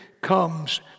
comes